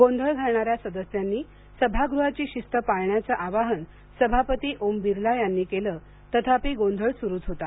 गोंधळ घालणाऱ्या सदस्यांनी सभागृहाची शिस्त पाळण्याच आवाहन सभापति ओम बिर्ला यांनी केल तथापि गोंधळ सुरूच होता